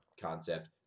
concept